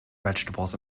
vegetables